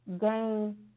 gain